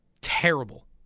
terrible